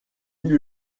lui